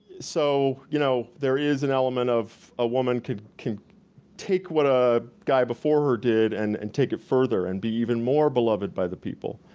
so you know there is an element of a woman could take what a guy before her did and and take it further and be even more beloved by the people.